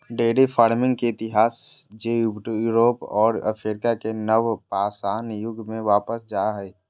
dairy farming के इतिहास जे यूरोप और अफ्रीका के नवपाषाण युग में वापस जा हइ